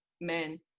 men